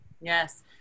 yes